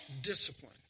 discipline